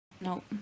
Nope